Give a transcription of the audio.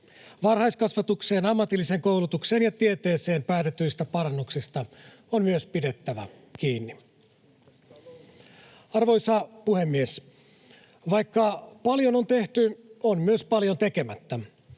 Varhaiskasvatukseen, ammatilliseen koulutukseen ja tieteeseen päätetyistä parannuksista on myös pidettävä kiinni. [Toimi Kankaanniemi: Entäs talousasiat?] Arvoisa puhemies! Vaikka paljon on tehty, on myös paljon tekemättä.